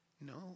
no